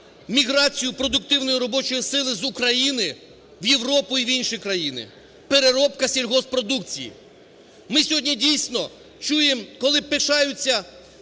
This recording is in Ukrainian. міграцію продуктивної робочої сили з України в Європу і інші країни? Переробка сільгосппродукції. Ми сьогодні дійсно чуємо, коли пишаються